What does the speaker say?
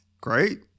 Great